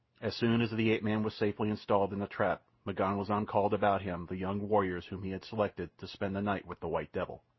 as soon as the ape-man was safely installed in the trap, m'ganwazam called about him the young warriors whom he had selected to spend the night with the white devil!